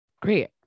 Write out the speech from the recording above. great